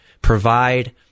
provide